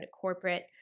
corporate